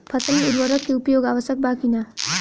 फसल में उर्वरक के उपयोग आवश्यक बा कि न?